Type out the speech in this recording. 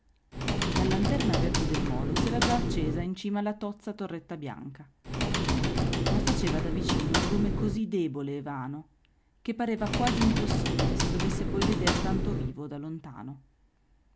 la lanterna verde del molo s'era già accesa in cima alla tozza torretta bianca ma faceva da vicino un lume così debole e vano che pareva quasi impossibile si dovesse poi veder tanto vivo da lontano